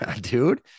dude